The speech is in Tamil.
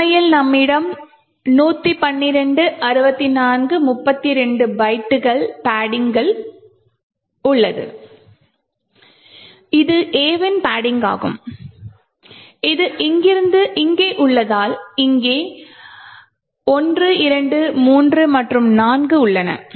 உண்மையில் நம்மிடம் 112 64 32 பைட்டுகள் பட்டிங் உள்ளது இது A வின் பட்டிங் ஆகும் இது இங்கிருந்து இங்கே உள்ளதால் இங்கே 1 2 3 மற்றும் 4 உள்ளன